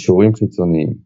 קישורים חיצוניים